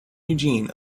eugene